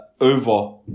over